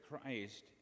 christ